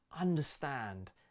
understand